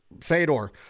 Fedor